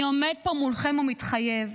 אני עומד פה מולכם ומתחייב: